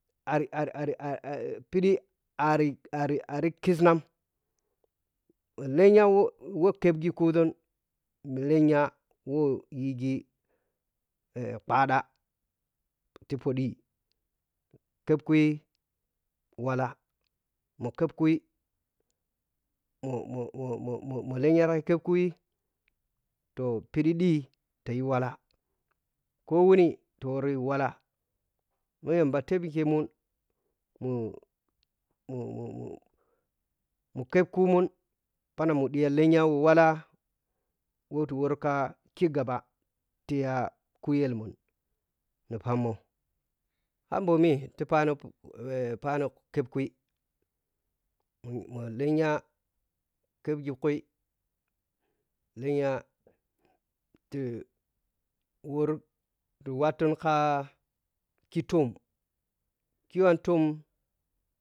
Ar-ar-ar ɓhirɗi ariary ariary ariary kiȝnam lenya wo wo kesppghi kuȝun lenya wo yighi khaɗha ti phoɗi keppkui walla mo keppkui mo-mo-mo-mo-mo lenya ɗagham keppkui toh phiɗi ɗi ta yi wallah koh wuni ta woroyi walla wɛ yamba tepmun mo mo mo mo keppkumun phanang muɗiya lenya walla watiworka khigaba tiya kuyel mun ni phammoh har phami ti phano phano keppkui mi ma lenya keppghi kui lenya ti wɔrti wattuhn ka kitum kiyum tum.